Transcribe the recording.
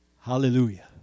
Hallelujah